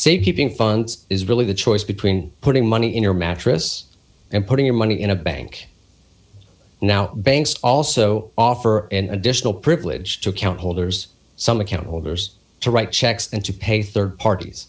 safe keeping funds is really the choice between putting money in your mattress and putting your money in a bank now banks also offer an additional privilege to account holders some account holders to write checks and to pay rd parties